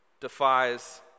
defies